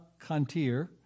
Kantir